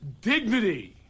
dignity